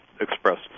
expressed